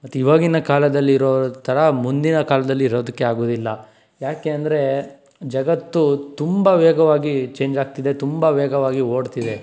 ಇವಾಗಿನ ಕಾಲದಲ್ಲಿ ಇರೋ ಥರ ಮುಂದಿನ ಕಾಲದಲ್ಲಿ ಇರೋದಕ್ಕೆ ಆಗೋದಿಲ್ಲ ಯಾಕೆಂದರೆ ಜಗತ್ತು ತುಂಬ ವೇಗವಾಗಿ ಚೇಂಜ್ ಆಗ್ತಿದೆ ತುಂಬ ವೇಗವಾಗಿ ಓಡ್ತಿದೆ